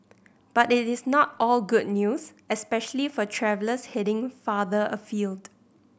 but it is not all good news especially for travellers heading farther afield